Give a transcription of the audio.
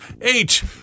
eight